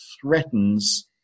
threatens